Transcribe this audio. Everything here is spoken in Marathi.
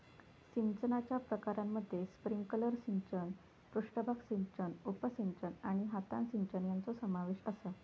सिंचनाच्या प्रकारांमध्ये स्प्रिंकलर सिंचन, पृष्ठभाग सिंचन, उपसिंचन आणि हातान सिंचन यांचो समावेश आसा